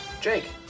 Jake